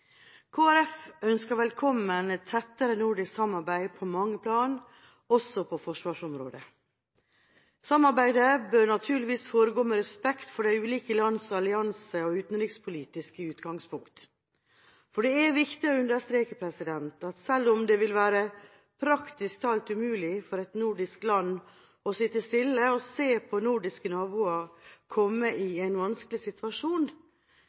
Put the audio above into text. ønsker velkommen et tettere nordisk samarbeid på mange plan, også på forsvarsområdet. Samarbeidet bør naturligvis foregå med respekt for de ulike lands allianse- og utenrikspolitiske utgangspunkt. For det er viktig å understreke at selv om det vil være praktisk talt umulig for et nordisk land å sitte stille og se på at nordiske naboer kommer i en vanskelig situasjon,